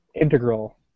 integral